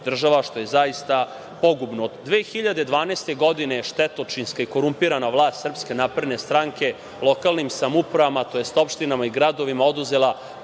što je zaista pogubno. Od 2012. godine je štetočinska i korumpirana vlast SNS lokalnim samoupravama, tj. opštinama i gradovima, oduzela